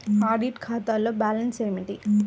Audit ఖాతాలో balance ఏమిటీ?